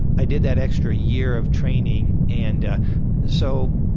and i did that extra year of training, and ah so